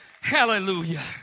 Hallelujah